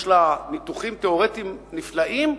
יש לה ניתוחים תיאורטיים נפלאים.